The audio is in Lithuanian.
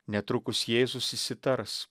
netrukus jėzus įsitars